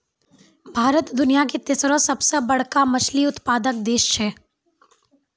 भारत दुनिया के तेसरो सभ से बड़का मछली उत्पादक देश छै